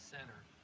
Center